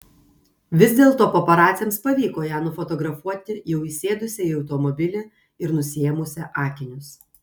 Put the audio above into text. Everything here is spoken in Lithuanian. vis dėlto paparaciams pavyko ją nufotografuoti jau įsėdusią į automobilį ir nusiėmusią akinius